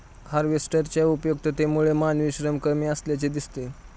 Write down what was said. हार्वेस्टरच्या उपयुक्ततेमुळे मानवी श्रम कमी असल्याचे दिसते